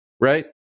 right